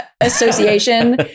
association